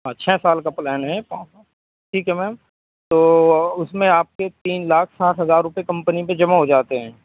ہاں چھ سال کا پلان ہے ٹھیک ہے میم تو اس میں آپ کے تین لاکھ ساٹھ ہزار روپئے کمپنی پہ جمع ہو جاتے ہیں